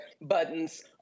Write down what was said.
buttons